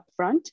upfront